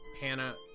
Hannah